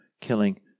killing